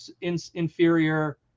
inferior